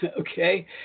okay